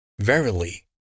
Verily